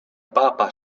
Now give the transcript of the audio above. papa